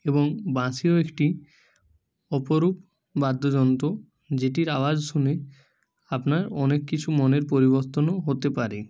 এবং বাঁশিও একটি অপরূপ বাদ্যযন্ত্র যেটির আওয়াজ শুনে আপনার অনেক কিছু মনের পরিবর্তনও হতে পারে